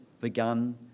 begun